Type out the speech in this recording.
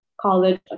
college